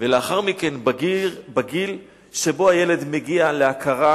ולאחר מכן בגיל שבו הילד מגיע להכרה